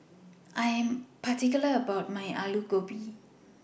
I Am particular about My Alu Gobi